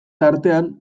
tartean